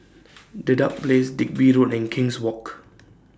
Dedap Place Digby Road and King's Walk